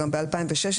גם ב-2016,